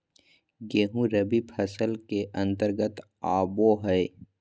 गेंहूँ रबी फसल के अंतर्गत आबो हय